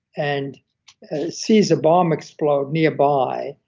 and sees a bomb explode nearby,